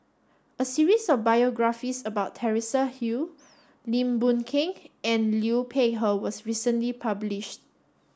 a series of biographies about Teresa Hsu Lim Boon Keng and Liu Peihe was recently published